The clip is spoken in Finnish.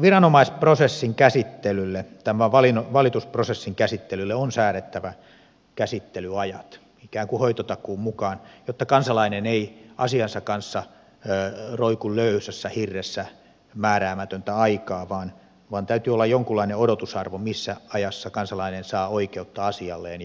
viranomaisprosessin käsittelylle tämän valitusprosessin käsittelylle on säädettävä käsittelyajat ikään kuin hoitotakuun mukaan jotta kansalainen ei asiansa kanssa roiku löysässä hirressä määräämätöntä aikaa vaan täytyy olla jonkunlainen odotusarvo missä ajassa kansalainen saa oikeutta asialleen